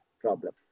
problem